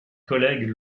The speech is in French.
collègues